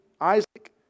Isaac